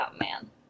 man